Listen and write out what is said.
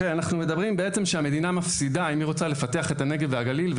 אנחנו מדברים על כך שאם המדינה רוצה לפתח את הנגב והגליל,